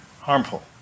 harmful